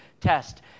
test